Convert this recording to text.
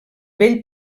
vell